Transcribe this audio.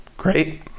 Great